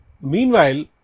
meanwhile